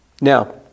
Now